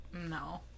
No